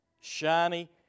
shiny